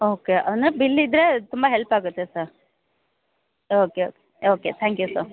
okay ಅಂದರೆ bill ಇದ್ದರೆ ತುಂಬ ಹೆಲ್ಪ್ ಆಗುತೆ sir okay okay okay thank you sir